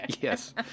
Yes